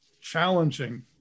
challenging